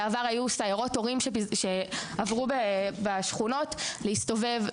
בעבר היו סיירות הורים שעברו בשכונות להסתובב,